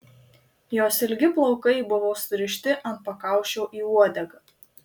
jos ilgi plaukai buvo surišti ant pakaušio į uodegą